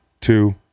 two